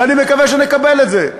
ואני מקווה שנקבל את זה.